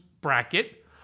bracket